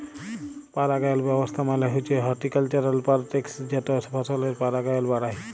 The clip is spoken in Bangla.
পারাগায়ল ব্যাবস্থা মালে হছে হরটিকালচারাল প্যারেকটিস যেট ফসলের পারাগায়ল বাড়ায়